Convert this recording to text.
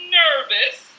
nervous